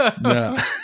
No